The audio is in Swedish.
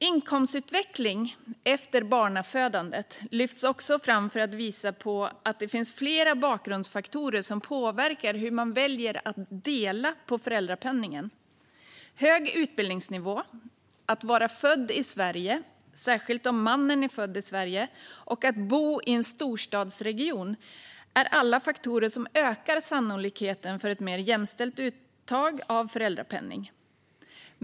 Inkomstutveckling efter barnafödandet lyfts också fram för att visa att det finns flera bakgrundsfaktorer som påverkar hur man väljer att dela på föräldrapenningen. Hög utbildningsnivå, att vara född i Sverige, särskilt om mannen är född i Sverige, och att bo i en storstadsregion är alla faktorer som ökar sannolikheten för ett mer jämställt uttag av föräldrapenning.